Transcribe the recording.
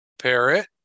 Parrot